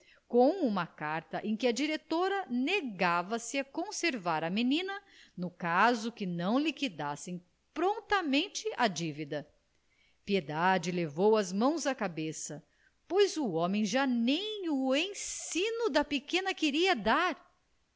com uma carta em que a diretora negava se a conservar a menina no caso que não liquidassem prontamente a divida piedade levou as mãos à cabeça pois o homem já nem o ensino da pequena queria dar